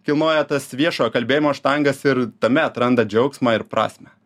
kilnoja tas viešojo kalbėjimo štangas ir tame atranda džiaugsmą ir prasmę